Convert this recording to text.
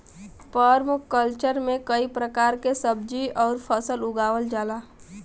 permaculture में कई प्रकार के सब्जी आउर फसल उगावल जाला